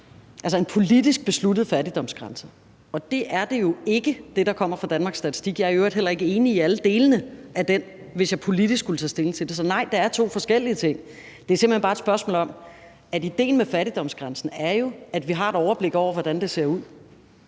det en politisk besluttet fattigdomsgrænse, og det er det, der kommer fra Danmarks Statistik, jo ikke. Jeg er i øvrigt heller ikke enig i alle delene af den, hvis jeg politisk skulle tage stilling til det. Så nej, det er to forskellige ting. Det er simpelt hen bare et spørgsmål om, at idéen med fattigdomsgrænsen jo er, at vi har et overblik over, hvordan det ser ud.